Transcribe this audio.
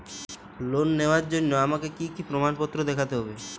Loan নেওয়ার জন্য আমাকে কী কী প্রমাণ দেখতে হবে?